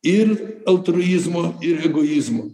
ir altruizmo ir egoizmo